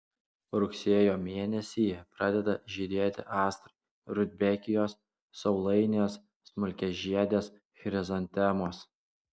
rugsėjo mėnesį pradeda žydėti astrai rudbekijos saulainės smulkiažiedės chrizantemos